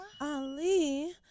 Ali